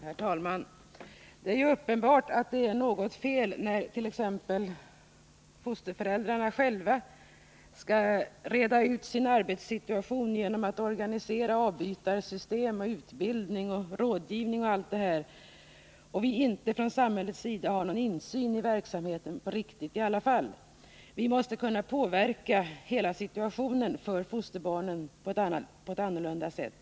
Herr talman! Det är uppenbart att det är något fel när fosterföräldrarna t.ex. själva skall reda ut sin arbetssituation genom att organisera avbytarsystem, utbildning, rådgivning etc. och vi inte från samhällets sida har riktig insyn i verksamheten. Vi måste kunna påverka hela situationen för fosterbarnen på ett annorlunda sätt.